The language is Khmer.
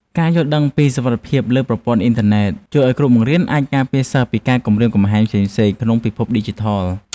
ការយល់ដឹងពីសុវត្ថិភាពលើប្រព័ន្ធអ៊ីនធឺណិតជួយឱ្យគ្រូបង្រៀនអាចការពារសិស្សពីការគំរាមកំហែងផ្សេងៗក្នុងពិភពឌីជីថល។